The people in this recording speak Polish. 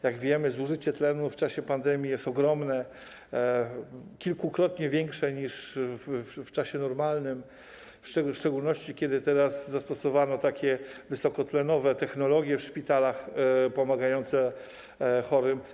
Jak wiemy, zużycie tlenu w czasie pandemii jest ogromne, kilkukrotnie większe niż w czasie normalnym, w szczególności teraz, kiedy zastosowano wysokotlenowe technologie w szpitalach pomagające chorym.